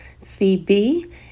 CB